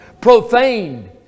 profaned